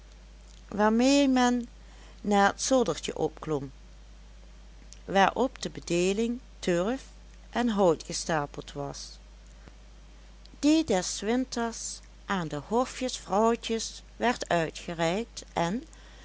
waarmee men naar het zoldertje opklom waarop de bedeeling turf en hout gestapeld was die des winters aan de hofjesvrouwtjes werd uitgereikt en